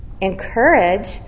encourage